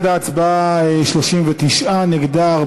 נגדה,